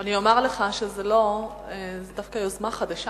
אני אומר לך שזאת דווקא יוזמה חדשה.